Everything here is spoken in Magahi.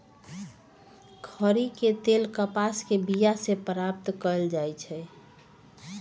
खरि के तेल कपास के बिया से प्राप्त कएल जाइ छइ